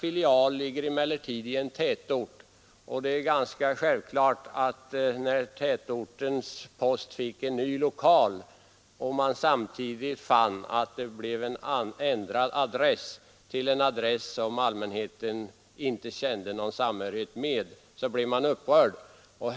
Filialen ligger emellertid i en tätort, och när posten där fick en ny lokal och allmänheten samtidigt fann att det blev en ändrad adress som människorna inte kände någon samhörighet med, så är det klart att man blev upprörd.